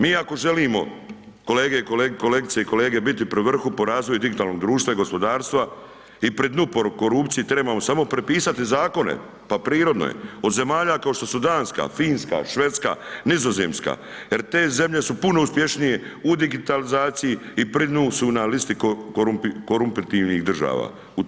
Mi ako želimo kolegice i kolege biti pri vrhu po razvoju digitalnog društva i gospodarstva i pri dnu po korupciji, trebamo samo prepisati zakone, pa prirodno je, od zemalja kao što su Danska, Finska, Švedske, Nizozemska, jer te zemlje su puno uspješnije u digitalizaciji i pri dnu su na listi koruptivnih država.